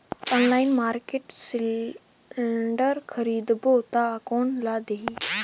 Online market cylinder खरीदबो ता कोन ला देही?